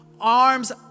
arms